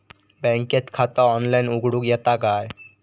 बँकेत खाता ऑनलाइन उघडूक येता काय?